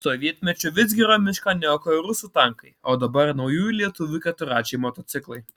sovietmečiu vidzgirio mišką niokojo rusų tankai o dabar naujųjų lietuvių keturračiai motociklai